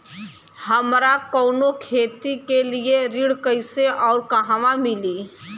हमरा कवनो खेती के लिये ऋण कइसे अउर कहवा मिली?